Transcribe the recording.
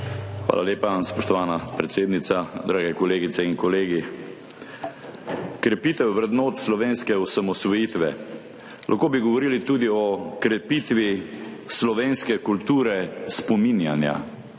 Hvala lepa, spoštovana predsednica. Drage kolegice in kolegi! Krepitev vrednot slovenske osamosvojitve, lahko bi govorili tudi o krepitvi slovenske kulture spominjanja